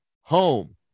home